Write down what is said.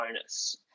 bonus